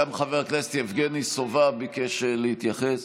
גם חבר הכנסת יבגני סובה ביקש להתייחס.